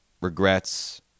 regrets